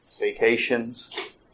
vacations